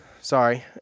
Sorry